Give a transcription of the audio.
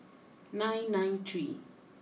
nine nine three